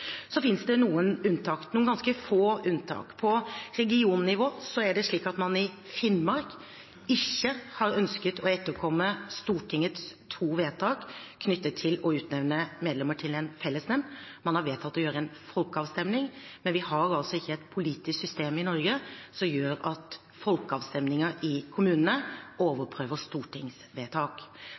finnes noen ganske få unntak. På regionnivå har man i Finnmark ikke ønsket å etterkomme Stortingets to vedtak knyttet til å utnevne medlemmer til en fellesnemnd. Man har vedtatt å avholde en folkeavstemning, men vi har altså ikke et politisk system i Norge som gjør at folkeavstemninger i kommunene overprøver stortingsvedtak.